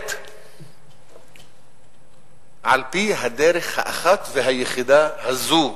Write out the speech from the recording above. פועלת על-פי הדרך האחת והיחידה הזו.